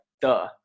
duh